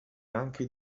anche